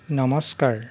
নমস্কাৰ